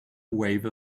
wave